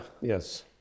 Yes